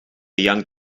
young